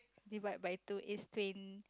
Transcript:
divide by two is twen~